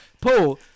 Paul